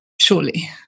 surely